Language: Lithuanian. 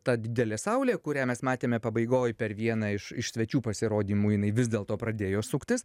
ta didelė saulė kurią mes matėme pabaigoj per vieną iš svečių pasirodymų jinai vis dėl to pradėjo suktis